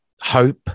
hope